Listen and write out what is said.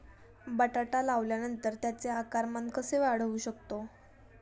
बटाटा लावल्यानंतर त्याचे आकारमान कसे वाढवू शकतो?